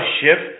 shift